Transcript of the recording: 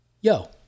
yo